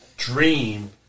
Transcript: dream